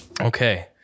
Okay